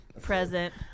Present